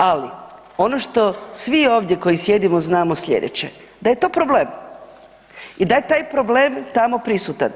Ali ono što svi ovdje koji sjedimo znamo sljedeće, da je to problem i da je taj problem tamo prisutan.